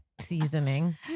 seasoning